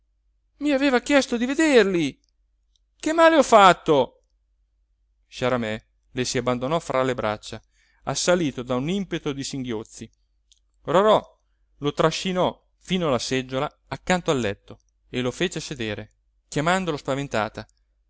i aveva chiesto di vederli che male ho fatto sciaramè le si abbandonò fra le braccia assalito da un impeto di singhiozzi rorò lo trascinò fino alla seggiola accanto al letto e lo fece sedere chiamandolo spaventata